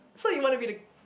so you want to be the